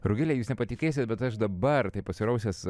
rugile jūs nepatikėsite bet aš dabar taip pasirausęs